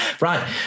right